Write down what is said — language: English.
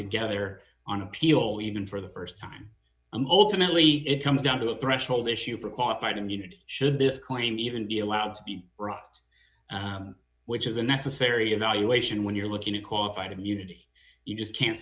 together on appeal even for the st time i'm ultimately it comes down to a threshold issue for qualified immunity should this claim even be allowed to be run which is a necessary evaluation when you're looking to qualified immunity you just can't